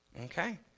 Okay